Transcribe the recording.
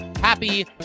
happy